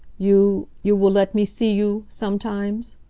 you you will let me see you sometimes?